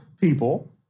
people